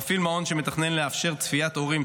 מפעיל מעון שמתכנן לאפשר צפיית הורים,